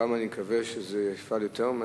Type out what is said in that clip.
הפעם אני מקווה שזה יפעל יותר מהר.